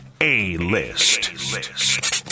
A-List